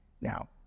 Now